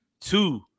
two